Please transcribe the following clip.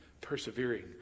persevering